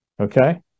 Okay